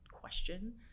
question